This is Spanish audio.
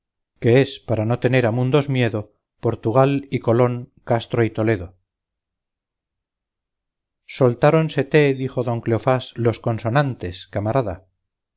que es para no tener a mundos miedo portugal y colón castro y toledo soltáronsete dijo don cleofás los consonantes camarada